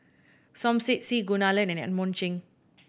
Som Said C Kunalan and Edmund Cheng